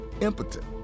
impotent